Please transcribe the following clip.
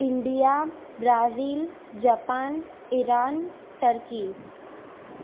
India Brazil Japan Iran turkey